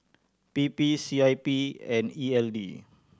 P P C I P and E L D